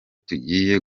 tugiye